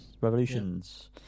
Revolutions